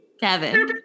Kevin